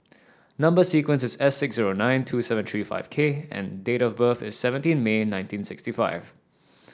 number sequence is S six zero nine two seven three five K and date of birth is seventeen May nineteen sixty five